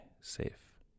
safe